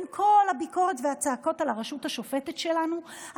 עם כל הביקורת והצעקות על הרשות השופטת שלנו,